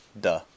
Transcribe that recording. duh